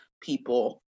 people